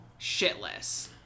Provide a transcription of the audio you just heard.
shitless